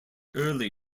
early